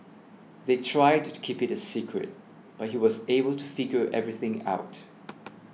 they tried to keep it a secret but he was able to figure everything out